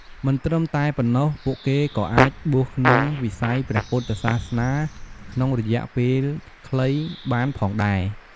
មិនត្រឹមតែប៉ុណ្ណោះ ពួកគេក៏អាចបួសក្នុងវិស័យព្រះពុទ្ធសាសនាក្នុងរយៈពេលខ្លីបានផងដែរ។